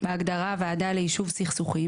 בהגדרה "ועדה ליישוב סכסוכים",